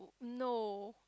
no